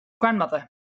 grandmother